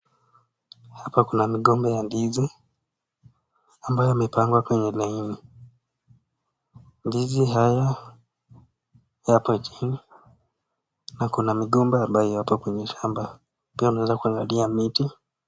Hapa kuna migomba ya ndizi ambayo imepangwa kwenye laini . Ndizi haya yapo chini na kuna migomba ambayo kwenye shamba . Pia naweza kuangalia miti.